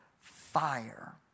fire